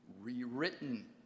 rewritten